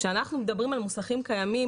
כשאנחנו מדברים על מוסכים קיימים,